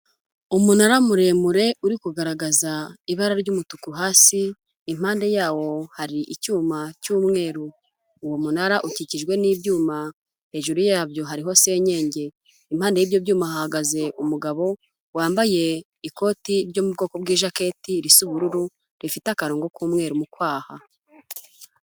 Umunara muremure uri kugaragaza ibara ry'umutuku hasi, impande yawo hari icyuma cy'umweru, uwo munara ukikijwe n'ibyuma, hejuru yabyo hariho senyenge, impande y'ibyo byuma hahagaze umugabo wambaye ikoti ryo mu bwoko bw'ijakete risa ubururu rifite akarongo k'umweru mu kwaha.